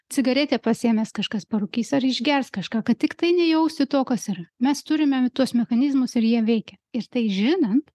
cigaretę pasiėmęs kažkas parūkys ar išgers kažką kad tiktai nejausti to kas yra mes turime tuos mechanizmus ir jie veikia ir tai žinant